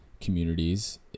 communities